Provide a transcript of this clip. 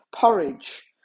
porridge